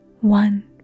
one